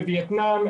בווייטנאם,